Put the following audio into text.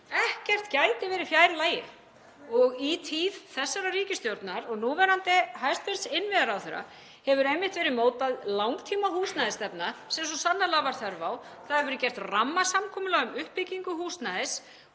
Ekkert gæti verið fjær lagi. Í tíð þessarar ríkisstjórnar og núverandi hæstv. innviðaráðherra hefur einmitt verið mótuð langtímahúsnæðisstefna sem svo sannarlega var þörf á. Það hefur verið gert rammasamkomulag um uppbyggingu húsnæðis